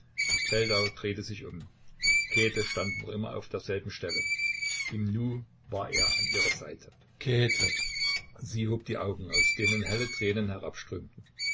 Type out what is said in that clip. feldau drehte sich um käthe stand noch immer auf derselben stelle im nu war er an ihrer seite käthe sie hob die augen aus denen helle tränen